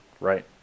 Right